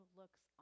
looks